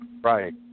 right